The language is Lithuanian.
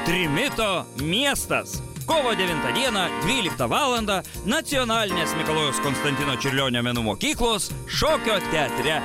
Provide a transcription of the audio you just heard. trimito miestas kovo devintą dieną dvyliktą valandą nacionalinės mikalojaus konstantino čiurlionio menų mokyklos šokio teatre